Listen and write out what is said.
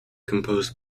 composed